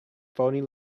phoney